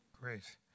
Great